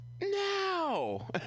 Now